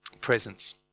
presence